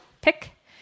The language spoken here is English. Pick